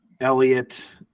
Elliot